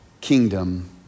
kingdom